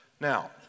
Now